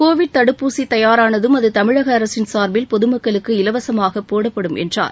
Covid தடுப்பூசி தயாரானதும் அது தமிழக அரசின் சார்பில் பொதுமக்களுக்கு இலவசமாக போடப்படும் என்றார்